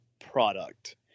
product